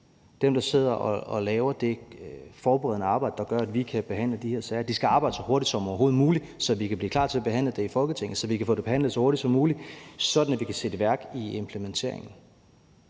dem, der sidder og laver det forberedende arbejde, der gør, at vi kan behandle de her sager, at de skal arbejde så hurtigt som overhovedet muligt, så vi kan blive klar til at behandle det i Folketinget, og så vi kan få det behandlet så hurtigt som muligt, sådan at vi kan sætte gang i implementeringen.